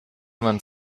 man